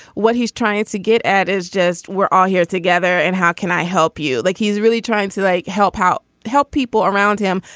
what he's trying to get at is just we're all here together. and how can i help you. like he's really trying to like help out help people around him.